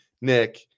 Nick